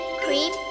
creep